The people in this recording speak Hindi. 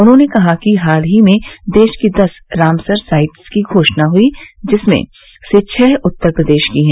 उन्होंने कहा कि हाल ही में देश की दस रामसर साइट्स की घोषणा हई जिसमें से छह उत्तर प्रदेश की हैं